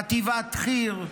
חטיבת חי"ר,